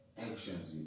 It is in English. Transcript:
actions